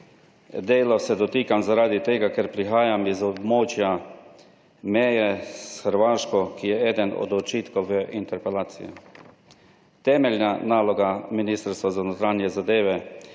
delov se dotikam zaradi tega, ker prihajam iz območja meje s Hrvaško, ki je eden od očitkov v interpelaciji. Temeljna naloga Ministrstva za notranje zadeve